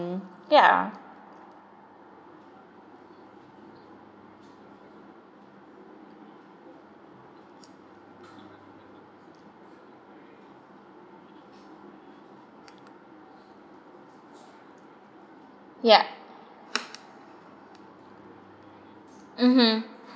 yeah yup mmhmm